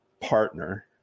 partner